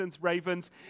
ravens